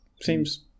Seems